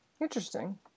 Interesting